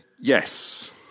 yes